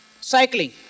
Cycling